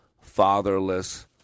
fatherless